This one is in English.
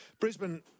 Brisbane